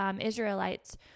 Israelites